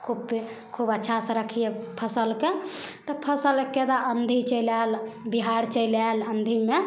खूब खूब अच्छासँ रखिए फसिलके फसिलके तऽ आँधी चलि आएल बिहाड़ि चलि आएल आँधीमे